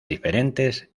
diferentes